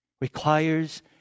requires